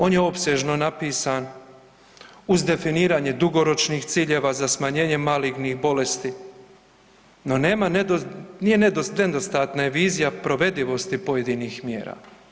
On je opsežno napisan uz definiranje dugoročnih ciljeva za smanjenje malignih bolesti, no nema, nije, nedostatna je vizija provedivosti pojedinih mjera.